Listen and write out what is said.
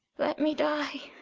let me die